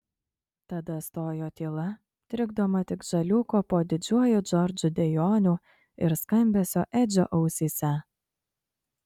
tada stojo tyla trikdoma tik žaliūko po didžiuoju džordžu dejonių ir skambesio edžio ausyse